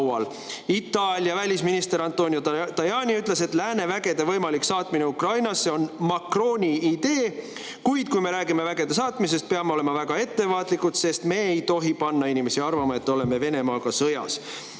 Itaalia välisminister Antonio Tajani ütles, et lääne vägede võimalik saatmine Ukrainasse on Macroni idee, kuid kui me räägime vägede saatmisest, peame olema väga ettevaatlikud, sest me ei tohi panna inimesi arvama, et oleme Venemaaga sõjas.